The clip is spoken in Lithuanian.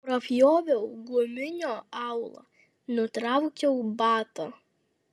prapjoviau guminio aulą nutraukiau batą